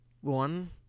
One